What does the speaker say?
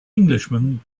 englishman